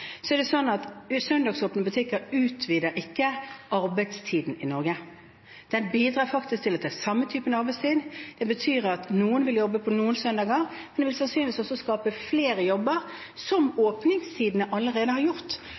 Så er det sånn at søndagsåpne butikker utvider ikke arbeidstiden i Norge. Det bidrar faktisk til at det er samme type arbeidstid. Det betyr at noen vil jobbe på noen søndager, men det vil sannsynligvis også skape flere jobber, som åpningstidene allerede har gjort,